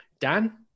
Dan